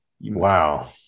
wow